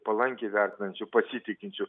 palankiai vertinančių pasitikinčių